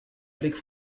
avec